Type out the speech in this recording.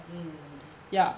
mm mm mm mm